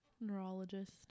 neurologist